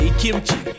kimchi